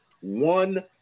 one